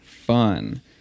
Fun